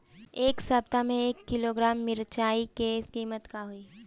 एह सप्ताह मे एक किलोग्राम मिरचाई के किमत का होई?